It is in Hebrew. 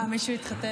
מה, מישהו התחתן?